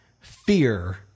fear